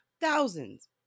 thousands